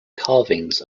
carvings